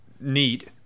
neat